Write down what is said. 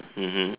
mmhmm